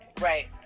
right